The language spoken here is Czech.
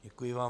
Děkuji vám.